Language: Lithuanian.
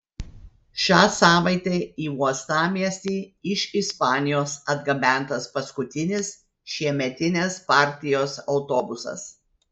šią savaitę į uostamiestį iš ispanijos atgabentas paskutinis šiemetinės partijos autobusas